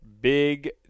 Big